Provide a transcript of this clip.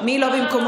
מי לא במקומו?